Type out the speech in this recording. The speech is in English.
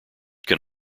can